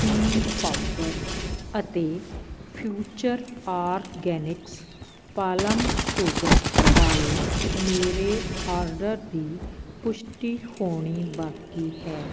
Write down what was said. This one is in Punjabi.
ਹੀਂਗ ਪਾਊਡਰ ਅਤੇ ਫਿਊਚਰ ਆਰਗੈਨਿਕਸ ਪਾਲਮ ਸ਼ੂਗਰ ਵਾਲੇ ਮੇਰੇ ਔਡਰ ਦੀ ਪੁਸ਼ਟੀ ਹੋਣੀ ਬਾਕੀ ਹੈ